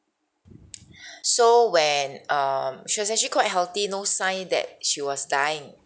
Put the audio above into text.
so when um she was actually quite healthy no sign that she was dying